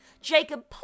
Jacob